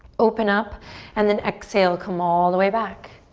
open up and then exhale, come all the way back.